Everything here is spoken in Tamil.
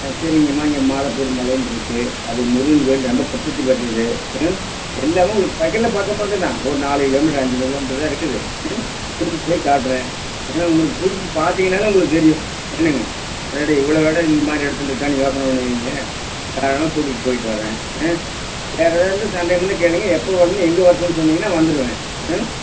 ஆ சரிங்கம்மா இங்கே மாதப்பூர் மலைன்னு இருக்குது அது முருகன் கோயில் ரொம்ப பிரசித்தி பெற்றது ம் எல்லாமே உங்களுக்கு பார்க்கைல பக்கம் பக்கம்தான் ஒரு நாலு கிலோமீட்டர் அஞ்சு கிலோமீட்டர் தான் இருக்குது ம் கூட்டிகிட்டு போய் காட்டுறேன் உங்களுக்கு பிடிச்சு பார்த்தீங்கன்னாலே உங்களுக்கு தெரியும் என்னங்க அடடே இவ்வளோ இடம் இந்தமாதிரி இடத்துல இருக்கான்னு யோசனை பண்ணுவீங்க நான் அதெல்லாம் கூட்டிகிட்டு போய்விட்டு வரேன் ஆ வேறு எதாவது இருந்தால் சந்தேகம்னால் கேளுங்க எப்போ வரணும் எங்கே வரட்டும் சொன்னிங்கன்னால் வந்துவிடுவேன் ஆ